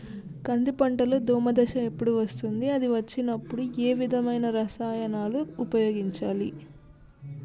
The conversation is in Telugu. కంది పంటలో దోమ దశ ఎప్పుడు వస్తుంది అది వచ్చినప్పుడు ఏ విధమైన రసాయనాలు ఉపయోగించాలి?